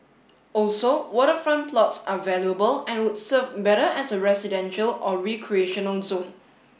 also waterfront plots are valuable and would serve better as a residential or recreational zone